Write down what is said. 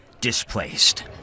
displaced